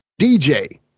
DJ